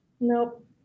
nope